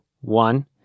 one